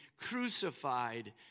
crucified